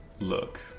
Look